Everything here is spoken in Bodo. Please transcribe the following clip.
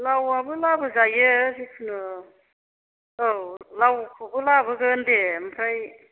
लावआबो लाबोजायो जिखुनु औ लावखौबो लाबोगोन दे ओमफ्राय